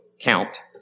count